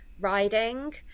riding